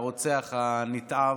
הרוצח הנתעב,